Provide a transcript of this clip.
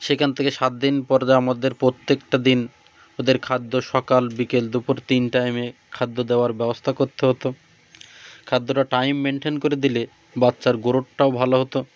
সেখান থেকে সাত দিন পর দিয়ে আমাদের প্রত্যেকটা দিন ওদের খাদ্য সকাল বিকেল দুপুর তিন টাইমে খাদ্য দেওয়ার ব্যবস্থা করতে হতো খাদ্যটা টাইম মেনটেন করে দিলে বাচ্চার গ্রোথটাও ভালো হতো